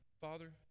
father